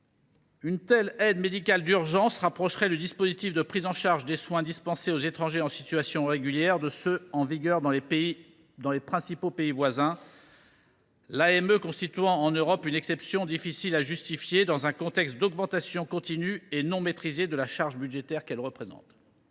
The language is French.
Une telle aide médicale d’urgence rapprocherait le système de prise en charge des soins dispensés aux étrangers en situation irrégulière des dispositifs qui sont en vigueur dans les principaux pays voisins, l’AME constituant en Europe une exception difficile à justifier, dans un contexte d’augmentation continue et non maîtrisée de la charge budgétaire qu’elle représente.